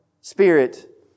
Spirit